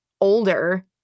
older